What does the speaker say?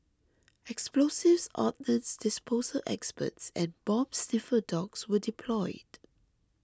explosives ordnance disposal experts and bomb sniffer dogs were deployed